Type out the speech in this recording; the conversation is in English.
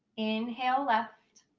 inhale left.